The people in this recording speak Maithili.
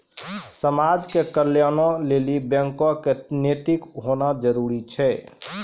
समाज के कल्याणों लेली बैको क नैतिक होना जरुरी छै